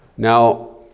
Now